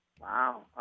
Wow